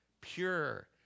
pure